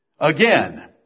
Again